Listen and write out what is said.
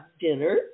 dinner